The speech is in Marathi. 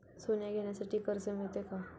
सोने घेण्यासाठी कर्ज मिळते का?